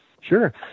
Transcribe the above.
Sure